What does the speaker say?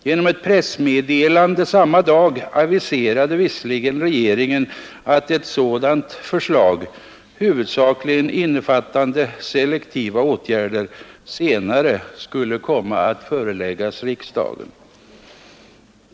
Genom ett pressmeddelande samma dag aviserade visserligen regeringen att ett sådant förslag — huvudsakligen innefattande selektiva åtgärder — senare skulle komma att föreläggas riksdagen.